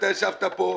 אתה ישבת פה.